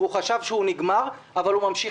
הוא חשב שהביטוח נגמר אבל הוא ממשיך